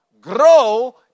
grow